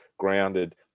grounded